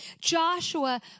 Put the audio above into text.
Joshua